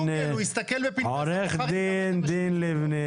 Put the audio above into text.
עו"ד דין ליבנה.